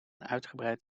uitgebreid